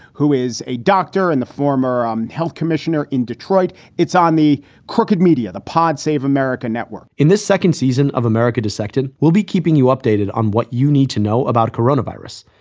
who is a doctor and the former um health commissioner in detroit. it's on the crooked media, the pod save american network in this second season of american dissected, we'll be keeping you updated on what you need to know about coronavirus.